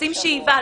עושים שאיבה,